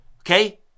okay